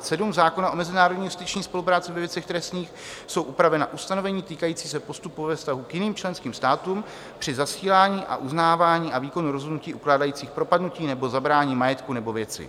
V § 278 až 297 zákona o mezinárodní justiční spolupráci ve věcech trestních jsou upravena ustanovení týkající se postupu ve vztahu k jiným členským státům při zasílání a uznávání a výkonu rozhodnutí ukládajících propadnutí nebo zabrání majetku nebo věcí.